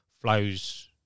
flows